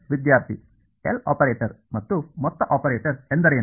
ವಿದ್ಯಾರ್ಥಿ L operator ಮತ್ತು ಮೊತ್ತ ಆಪರೇಟರ್ ಎಂದರೇನು